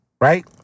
right